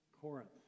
Corinth